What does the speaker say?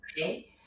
okay